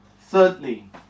Thirdly